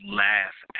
laugh